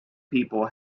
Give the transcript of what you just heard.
people